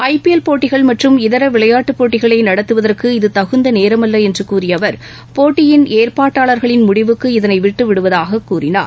IPL போட்டிகள் மற்றும் இதர விளையாட்டுப் போட்டிகளை நடத்துவதுவதற்கு இது தகுந்த நேரம் அல்ல என்று கூறிய அவர் போட்டியின் ஏற்பாட்டாளர்களின் முடிவுக்கு இதனை விட்டுவிடுவதாக கூறினார்